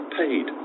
paid